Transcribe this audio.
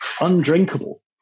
undrinkable